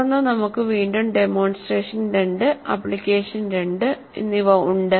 തുടർന്ന് നമുക്ക് വീണ്ടും ഡെമോൺസ്ട്രേഷൻ 2 ആപ്ലിക്കേഷൻ 2 ഉണ്ട്